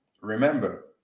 remember